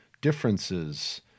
differences